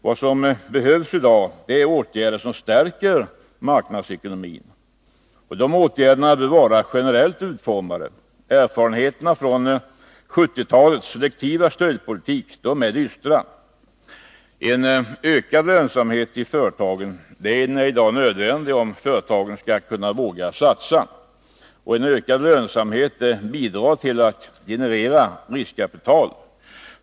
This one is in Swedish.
Vad som behövs i dag är åtgärder som stärker marknadsekonomin. Dessa åtgärder bör vara generellt utformade. Erfarenheterna från 1970-talets selektiva stödpolitik är dystra. En ökad lönsamhet i företagen är i dag nödvändig om företagen skall våga satsa. En ökad lönsamhet bidrar till att generera riskkapital.